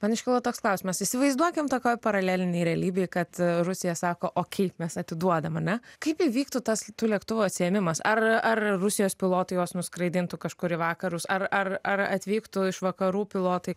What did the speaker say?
man iškilo toks klausimas įsivaizduokim tokioj paralelinėj realybėj kad rusija sako okei mes atiduodam ane kaip įvyktų tas tų lėktuvų atsiėmimas ar ar rusijos pilotai juos nuskraidintų kažkur į vakarus ar ar ar atvyktų iš vakarų pilotai